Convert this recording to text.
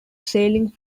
sailing